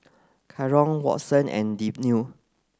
Caron Watson and Deanne